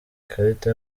ikarita